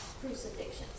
crucifixions